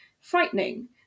frightening